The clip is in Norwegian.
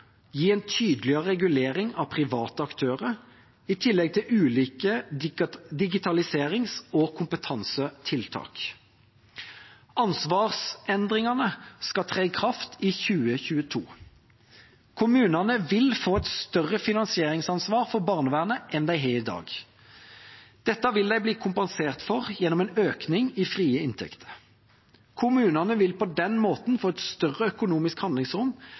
gi en tydeligere regulering av private aktører, i tillegg til ulike digitaliserings- og kompetansetiltak. Ansvarsendringene skal tre i kraft i 2022. Kommunene vil få et større finansieringsansvar for barnevernet enn de har i dag. Dette vil de bli kompensert for gjennom en økning i frie inntekter. Kommunene vil på den måten få et større økonomisk handlingsrom